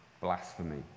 blasphemy